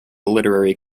literary